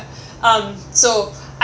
um so I